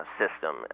system